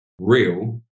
real